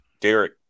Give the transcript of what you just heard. Derek